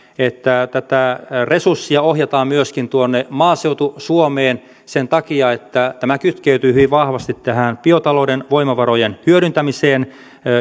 että tätä resurssia ohjataan myöskin maaseutu suomeen sen takia että tämä kytkeytyy hyvin vahvasti biotalouden voimavarojen hyödyntämiseen